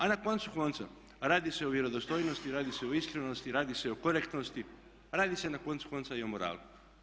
A na koncu konca, radi se o vjerodostojnosti, radi se o iskrenosti, radi se o korektnosti, radi se na koncu konca i o moralu.